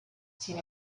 sin